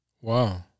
Wow